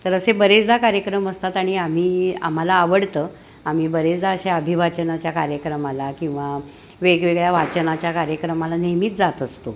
तर असे बरेचदा कार्यक्रम असतात आणि आम्ही आम्हाला आवडतं आम्ही बरेचदा अशा अभिवाचनाच्या कार्यक्रमाला किंवा वेगवेगळ्या वाचनाच्या कार्यक्रमाला नेहमीच जात असतो